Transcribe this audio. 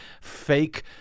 fake